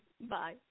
Bye